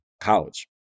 college